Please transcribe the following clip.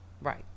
Right